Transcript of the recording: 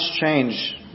change